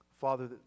Father